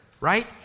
right